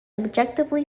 objectively